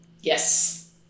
Yes